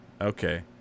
Okay